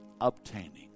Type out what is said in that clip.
obtaining